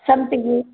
ಸಂಪ್ಗೆ